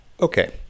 Okay